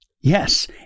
Yes